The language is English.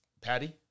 Patty